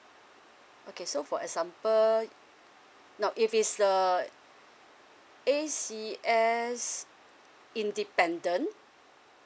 okay so for example no if it's uh A_C_S independent